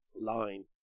line